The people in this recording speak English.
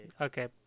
Okay